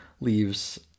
leaves